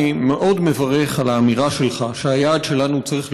אני מאוד מברך על האמירה שלך שביעד שלנו צריך